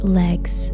legs